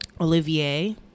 Olivier